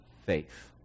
faith